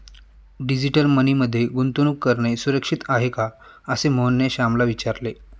digital money मध्ये गुंतवणूक करणे सुरक्षित आहे का, असे मोहनने श्यामला विचारले